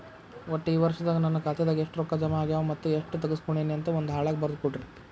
ಒಟ್ಟ ಈ ವರ್ಷದಾಗ ನನ್ನ ಖಾತೆದಾಗ ಎಷ್ಟ ರೊಕ್ಕ ಜಮಾ ಆಗ್ಯಾವ ಮತ್ತ ಎಷ್ಟ ತಗಸ್ಕೊಂಡೇನಿ ಅಂತ ಒಂದ್ ಹಾಳ್ಯಾಗ ಬರದ ಕೊಡ್ರಿ